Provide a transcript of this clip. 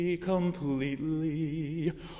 completely